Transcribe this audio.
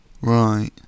Right